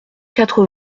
quatre